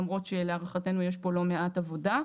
למרות שלהערכתנו יש פה לא מעט עבודה.